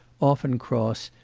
often cross,